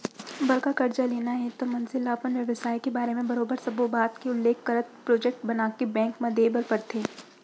बड़का करजा लेना हे त मनसे ल अपन बेवसाय के बारे म बरोबर सब्बो बात के उल्लेख करत प्रोजेक्ट बनाके बेंक म देय बर परथे